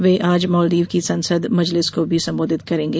वे आज मालदीव की संसद मजलिस को भी संबोधित करेंगे